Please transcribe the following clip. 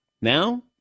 Now